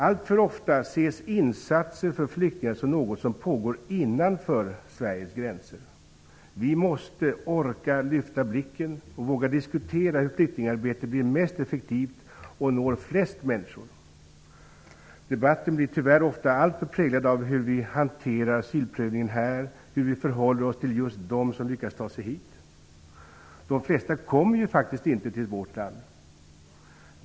Alltför ofta ses insatser för flyktingar som något som pågår innanför Sveriges gränser. Vi måste orka lyfta blicken och våga diskutera hur flyktingarbetet blir mest effektivt och når flest människor. Debatten blir tyvärr ofta alltför präglad av hur vi hanterar asylprövningen här, hur vi förhåller oss till just dem som lyckas ta sig hit. De flesta flyktingarna kommer ju faktiskt inte till vårt land.